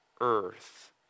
earth